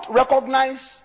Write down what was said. recognize